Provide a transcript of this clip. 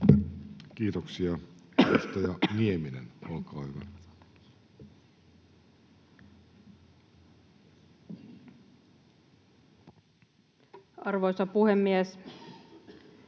Kiitoksia. — Edustaja Lehtinen, olkaa hyvä. Arvoisa puhemies!